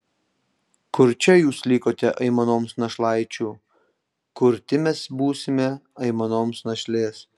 kurčia jūs likote aimanoms našlaičių kurti mes būsime aimanoms našlės